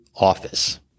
office